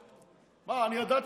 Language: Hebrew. מאיפה אני יודע,